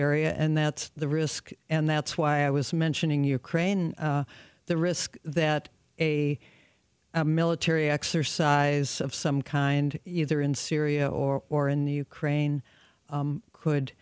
area and that's the risk and that's why i was mentioning your crane the risk that a military exercise of some kind either in syria or or in the ukraine could